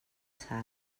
sal